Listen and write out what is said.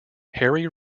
harry